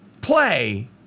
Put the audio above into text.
play